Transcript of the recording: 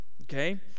okay